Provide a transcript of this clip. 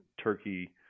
turkey